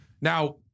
Now